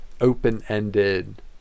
open-ended